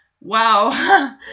Wow